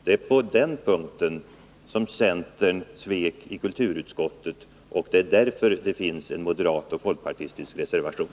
Det är på den punkten som centern svek i kulturutskottet, och det är därför det finns en moderat och folkpartistisk reservation.